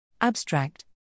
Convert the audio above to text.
Abstract